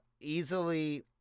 Easily